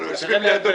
אנחנו יושבים לידו